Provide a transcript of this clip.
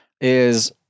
is-